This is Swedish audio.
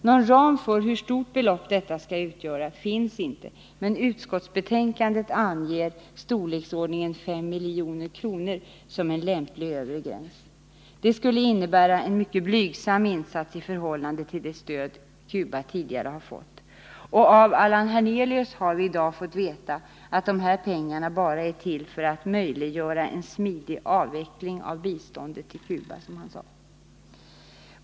Någon ram för hur stort belopp detta bistånd skall utgöra finns inte, men i utskottsbetänkandet anges Smilj.kr. som en lämplig övre gräns. Det skulle innebära en mycket blygsam insats i förhållande till det stöd Cuba tidigare fått. Och av Allan Hernelius har vi i dag fått veta att dessa pengar bara är till för att möjliggöra en smidig avveckling av biståndet till Cuba.